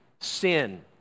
sin